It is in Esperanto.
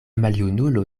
maljunulo